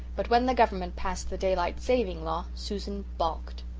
but when the government passed the daylight saving law susan balked.